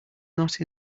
not